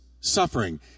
suffering